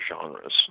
genres